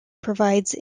provides